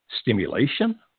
Stimulation